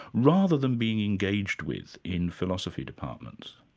rather than being engaged with in philosophy departments.